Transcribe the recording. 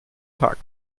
tag